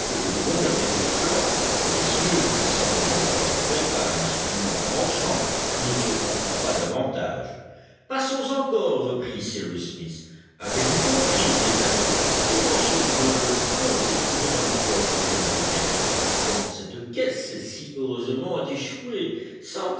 au flanc blessure qui semblait avoir été faite par un instrument tranchant ne se comprend pas davantage passons encore reprit cyrus smith avez-vous compris mes amis comment ce grain de plomb s'est trouvé dans le corps du jeune pécari comment cette caisse s'est si heureusement échouée sans